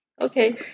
Okay